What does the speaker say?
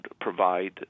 provide